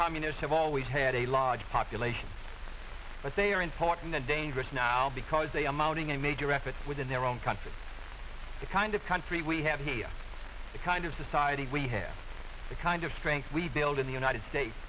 communist have always had a large population but they are important and dangerous now because they are mounting a major effort within their own country the kind of country we have here the kind of society we have the kind of strength we build in the united states